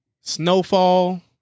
snowfall